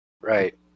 Right